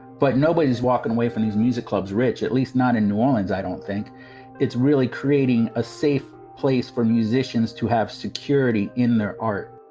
but nobody's walking away from these music clubs, rich, at least not in new orleans. i don't think it's really creating a safe place for musicians to have security in their art